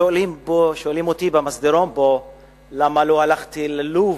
שואלים אותי פה במסדרון למה לא הלכתי ללוב,